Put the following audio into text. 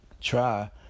try